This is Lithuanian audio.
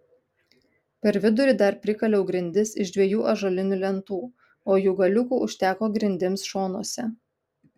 per vidurį dar prikaliau grindis iš dviejų ąžuolinių lentų o jų galiukų užteko grindims šonuose